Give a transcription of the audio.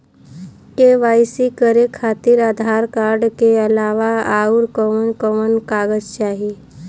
KYC करे खातिर Aadhaar card के अलावा आउरकवन कवन कागज चाहीं?